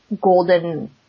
golden